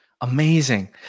Amazing